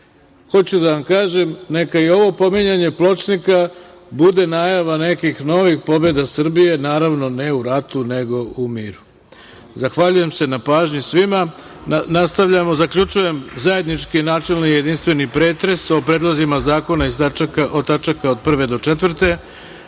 da vam kažem, neka i ovo pominjanje Pločnika bude najava nekih novih pobeda Srbije, naravno ne u ratu, nego u miru. Zahvaljujem se na pažnji svima. Zaključujem zajednički načelni i jedinstveni pretres o predlozima zakona iz tačaka od 1. do 4.Mi